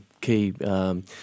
key